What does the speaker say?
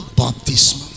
baptism